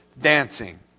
dancing